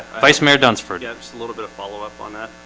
vice-mayor dunsford. yeah, just a little bit of follow up on that